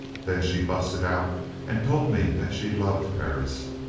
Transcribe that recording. then she busted out and told me that she loved perris.